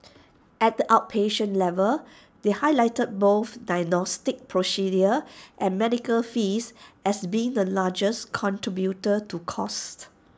at the outpatient level they highlighted both diagnostic procedures and medical fees as being the largest contributor to costs